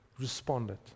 responded